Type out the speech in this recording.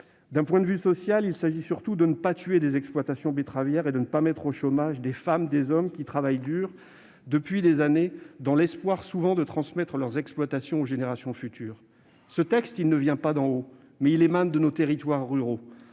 D'un point de vue social, il s'agit surtout de ne pas tuer des exploitations betteravières et de ne pas jeter au chômage des femmes et des hommes qui travaillent dur, depuis des années, dans l'espoir, souvent, de transmettre leur exploitation aux générations futures. Ce texte ne vient pas d'en haut : il émane de nos territoires ruraux.